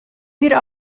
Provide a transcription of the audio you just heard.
wir